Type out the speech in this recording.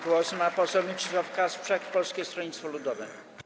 Głos ma poseł Mieczysław Kasprzak, Polskie Stronnictwo Ludowe.